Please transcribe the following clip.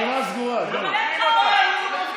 אבל אין לך אומץ.